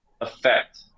effect